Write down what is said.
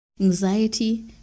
anxiety